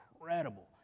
incredible